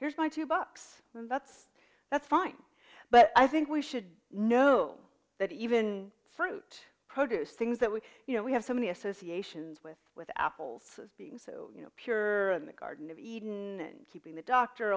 here's my two bucks and that's that's fine but i think we should know that even fruit produce things that we you know we have so many associations with with apples being so pure in the garden of eden keeping the doctor